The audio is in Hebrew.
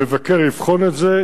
המבקר יבחן את זה,